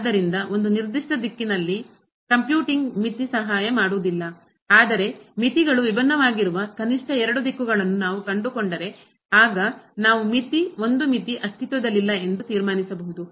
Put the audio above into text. ಆದ್ದರಿಂದ ಒಂದು ನಿರ್ದಿಷ್ಟ ದಿಕ್ಕಿನಲ್ಲಿ ಕಂಪ್ಯೂಟಿಂಗ್ ಮಿತಿ ಸಹಾಯ ಮಾಡುವುದಿಲ್ಲ ಆದರೆ ಮಿತಿಗಳು ವಿಭಿನ್ನವಾಗಿರುವ ಕನಿಷ್ಠ ಎರಡು ದಿಕ್ಕುಗಳನ್ನು ನಾವು ಕಂಡುಕೊಂಡರೆ ಆಗ ನಾವು ಮಿತಿ ಒಂದು ಮಿತಿ ಅಸ್ತಿತ್ವದಲ್ಲಿಲ್ಲ ಎಂದು ತೀರ್ಮಾನಿಸಬಹುದು